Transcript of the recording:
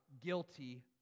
guilty